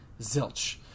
zilch